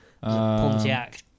Pontiac